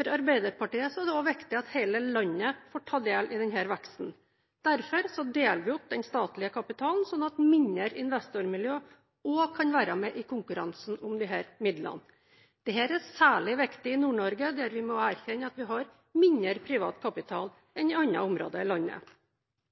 For Arbeiderpartiet er det også viktig at hele landet får ta del i denne veksten. Derfor deler vi opp den statlige kapitalen slik at mindre investormiljø også kan være med i konkurransen om disse midlene. Dette er særlig viktig i Nord-Norge der vi må erkjenne at vi har mindre privat kapital enn i andre områder av landet. Når regjeringen i